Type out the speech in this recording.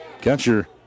Catcher